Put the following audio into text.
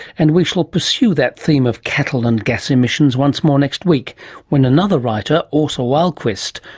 and we shall pursue that theme of cattle and gas emissions once more next week when another writer, asa wahlquist,